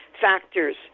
factors